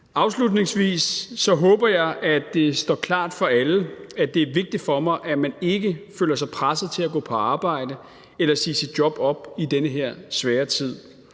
at jeg håber at det står klart for alle, at det er vigtigt for mig, at man ikke føler sig presset til at gå på arbejde eller sige sit job op i den her svære tid.